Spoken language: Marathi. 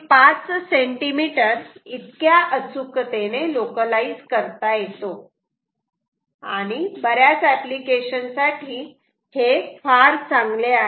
5 cm इतक्या अचूकतेने लोकलाईज करता येतो आणि बऱ्याच एप्लीकेशन साठी हे फार चांगले आहे